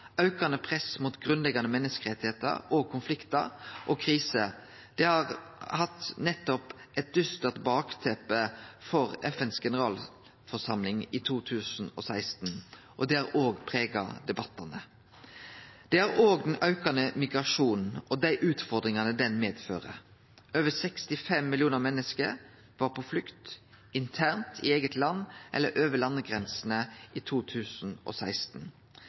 aukande press mot grunnleggjande menneskerettar og konfliktar og kriser har vore eit dystert bakteppe for FNs generalforsamling i 2016, og det har òg prega debattane. Det har òg den aukande migrasjonen og dei utfordringane han medfører. Over 65 millionar menneske var på flukt internt i eige land eller over landegrensene i 2016.